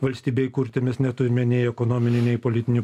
valstybei kurti mes neturime nei ekonominių nei politinių